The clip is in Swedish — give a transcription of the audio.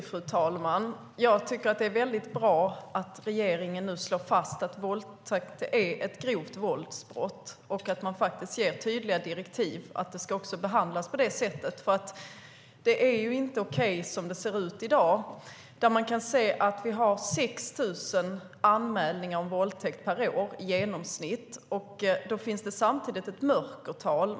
Fru talman! Jag tycker att det är väldigt bra att regeringen nu slår fast att våldtäkt är ett grovt våldsbrott och att man ger tydliga direktiv om att det ska behandlas på det sättet. Det är nämligen inte okej som det ser ut i dag. Vi har i genomsnitt 6 000 anmälningar om våldtäkt per år, och då finns det samtidigt ett mörkertal.